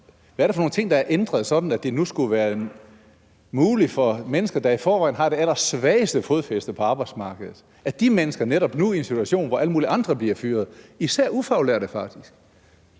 hvad er det dog for nogle ting, der er ændret, sådan at de mennesker, der i forvejen har det allersvageste fodfæste på arbejdsmarkedet, netop nu i en situation, hvor alle mulige andre bliver fyret, faktisk